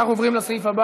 והרי התוצאות: